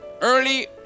Early